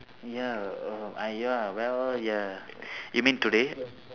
ya err I ya well ya you mean today